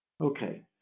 Okay